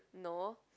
no